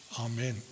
Amen